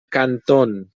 canton